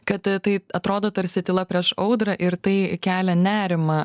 kad tai atrodo tarsi tyla prieš audrą ir tai kelia nerimą